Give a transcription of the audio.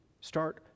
Start